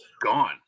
gone